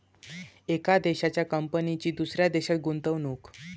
एका देशाच्या कंपनीची दुसऱ्या देशात गुंतवणूक